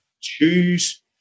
choose